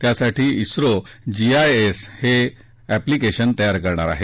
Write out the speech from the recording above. त्यासाठी ISRO G I S हे application तयार करणार आहे